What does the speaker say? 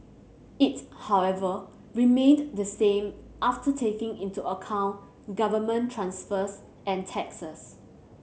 it however remained the same after taking into account government transfers and taxes